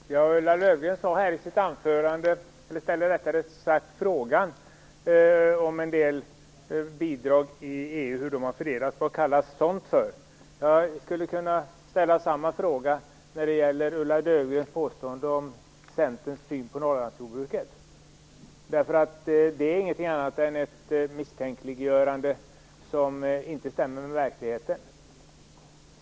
Fru talman! Ulla Löfgren ställde i sitt anförande frågan om hur en del bidrag i EU har fördelats. Vad kallas sådant? undrade hon. Jag skulle kunna ställa samma fråga när det gäller Ulla Löfgrens påstående om Centerns syn på Norrlandsjordbruket. Det är nämligen inget annat än ett misstänkliggörande, som inte stämmer med verkligheten.